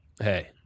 Hey